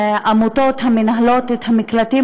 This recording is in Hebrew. בעמותות המנהלות את המקלטים,